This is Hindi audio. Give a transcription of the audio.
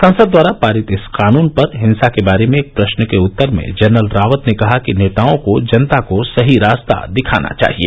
संसद द्वारा पारित इस कानून पर हिंसा के बारे में एक प्रश्न के उत्तर में जनरल रावत ने कहा कि नेताओं को जनता को सही रास्ता दिखाना चाहिए